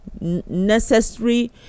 Necessary